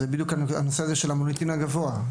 זהו בדיוק הנושא של המוניטין הגבוה.